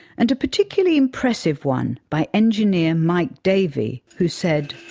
and a particularly impressive one by engineer mike davey who said